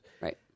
Right